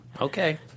okay